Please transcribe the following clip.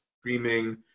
screaming